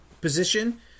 position